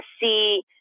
see